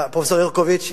פרופסור הרשקוביץ,